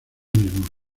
mismo